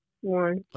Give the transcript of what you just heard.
One